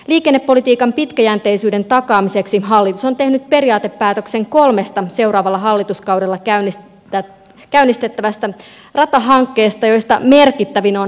liikennepolitiikan pitkäjänteisyyden takaamiseksi hallitus on tehnyt periaatepäätöksen kolmesta seuraavalla hallituskaudella käynnistettävästä ratahankkeesta joista merkittävin on pisara rata